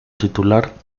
titular